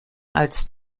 als